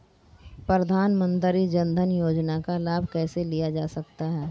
प्रधानमंत्री जनधन योजना का लाभ कैसे लिया जा सकता है?